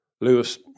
Lewis